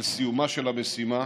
על סיומה של המשימה,